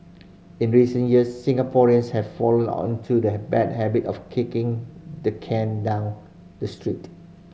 in recent years Singaporeans have fallen onto the bad habit of kicking the can down the street